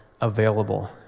available